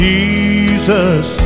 Jesus